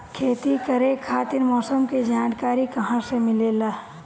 खेती करे खातिर मौसम के जानकारी कहाँसे मिलेला?